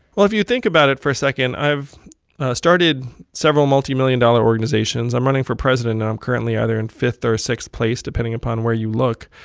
well, if you think about it for a second i've started several multimillion-dollar organizations, i'm running for president, and i'm currently either in fifth or sixth place depending upon where you look.